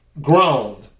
Grown